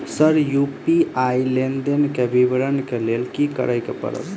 Sir UPI लेनदेन केँ विवरण केँ लेल की करऽ परतै?